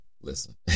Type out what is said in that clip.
listen